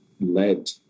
led